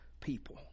people